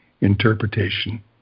interpretation